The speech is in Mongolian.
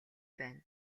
байна